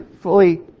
fully